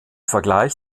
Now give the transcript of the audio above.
vergleich